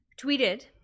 tweeted